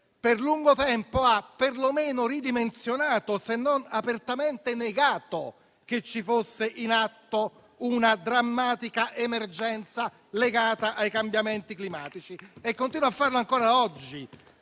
per lungo tempo ha per lo meno ridimensionato, se non apertamente negato, che fosse in atto una drammatica emergenza legata ai cambiamenti climatici e continua a farlo ancora oggi.